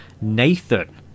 Nathan